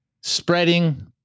spreading